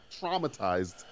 traumatized